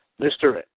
Mr